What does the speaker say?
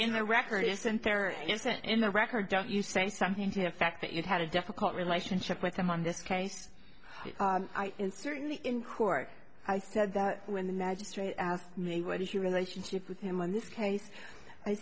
in the record isn't there isn't in the record don't you say something to the fact that you've had a difficult relationship with him on this case and certainly in court i said that when the magistrate asked me what is your relationship with him in this case i